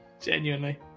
Genuinely